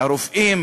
והרופאים